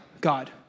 God